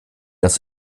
das